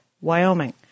Wyoming